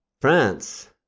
France